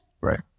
Right